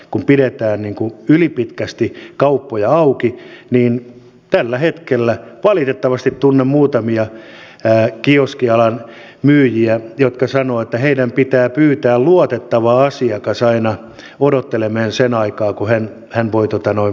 kun monessa paikassa pidetään ylipitkästi kauppoja auki niin tällä hetkellä valitettavasti tunnen muutamia kioskialan myyjiä jotka sanovat että heidän pitää pyytää luotettava asiakas aina odottelemaan sen aikaa että hän voi asiansa hoitaa